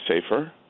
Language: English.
safer